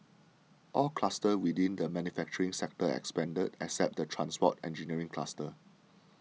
all clusters within the manufacturing sector expanded except the transport engineering cluster